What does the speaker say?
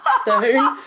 Stone